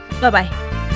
bye-bye